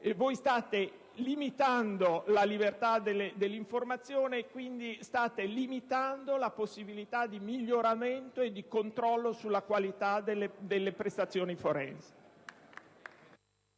Voi state limitando la libertà dell'informazione e, di conseguenza, la possibilità di miglioramento e di controllo sulla qualità delle prestazioni forensi.